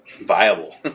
viable